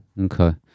okay